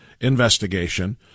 investigation